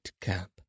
cap